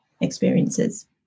experiences